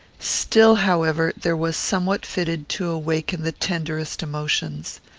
still, however, there was somewhat fitted to awaken the tenderest emotions.